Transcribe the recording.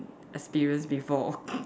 experience before